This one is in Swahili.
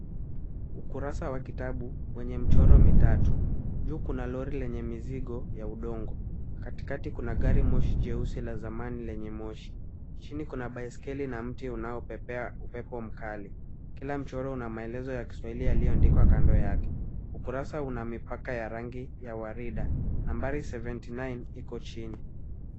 Ukurasa wa kitabu wenye michoro mitatu. Juu kuna lori lenye mizigo ya udongo. Katikati kuna gari moshi la zamani lenye moshi . Chini kuna mti unaopepea upepo mkali. Kila mchoro una maelezo ya kiswahili yaliyo andikwa kando yake. Ukurasa una rangi ya waridi. Nambari 79 iko chini.